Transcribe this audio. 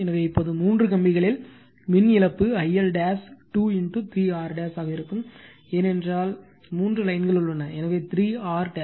எனவே இப்போது மூன்று கம்பிகளில் மின் இழப்பு I L 2 3 R ஆக இருக்கும் ஏனென்றால் மூன்று லைன்கள் உள்ளன எனவே 3 R